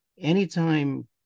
anytime